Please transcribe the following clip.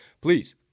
please